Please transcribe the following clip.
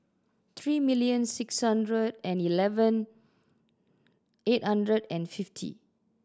three million six hundred and eleven eight hundred and fifty